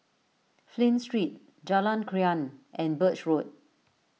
Flint Street Jalan Krian and Birch Road